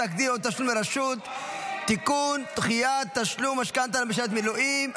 פסק דין או תשלום לרשות) (תיקון דחיית תשלום משכנתה למשרת מילואים),